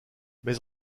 mais